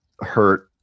hurt